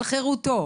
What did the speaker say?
על חירותו,